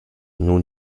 nun